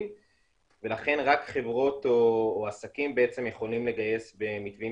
ולכן רק חברות או עסקים יכולים לגייס במתווים